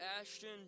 Ashton